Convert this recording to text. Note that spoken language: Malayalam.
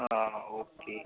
ആ ഓക്കേ